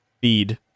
Feed